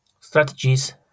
Strategies